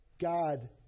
God